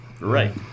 Right